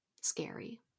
scary